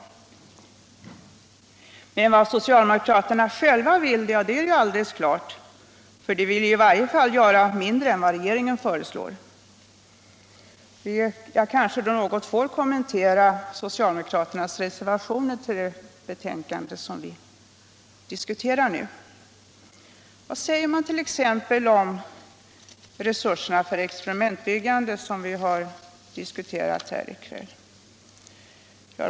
Men vad socialdemokraterna själva vill är ju alldeles klart — de vill i varje fall göra mindre än vad regeringen föreslår. Jag kanske något får kommentera den socialdemokratiska reservationen till det betänkande som vi diskuterar nu. Vad säger man t.ex. om resurserna för experimentbyggande som vi har diskuterat här i kväll?